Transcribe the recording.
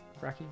Fracky